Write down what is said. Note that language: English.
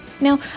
Now